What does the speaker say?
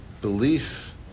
belief